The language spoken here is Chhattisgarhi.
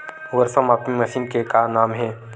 वर्षा मापी मशीन के का नाम हे?